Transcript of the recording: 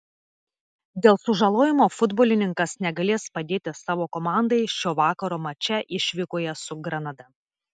dėl sužalojimo futbolininkas negalės padėti savo komandai šio vakaro mače išvykoje su granada